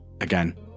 again